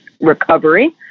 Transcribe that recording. recovery